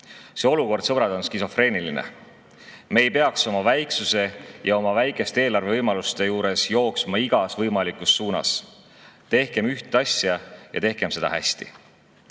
See olukord, sõbrad, on skisofreeniline. Me ei peaks oma väiksuse ja oma väikeste eelarvevõimaluste juures jooksma igas võimalikus suunas. Tehkem ühte asja ja tehkem seda hästi.